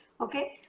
Okay